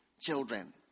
children